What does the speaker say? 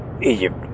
Egypt